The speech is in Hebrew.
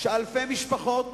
שאלפי משפחות